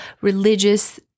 religious